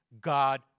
God